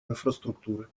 инфраструктуры